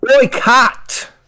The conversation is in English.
Boycott